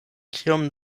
kiom